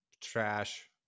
trash